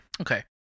Okay